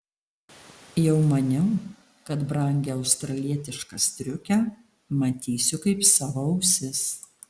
jau maniau kad brangią australietišką striukę matysiu kaip savo ausis